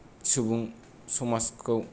सुबुं समाजखौ